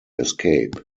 escape